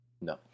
No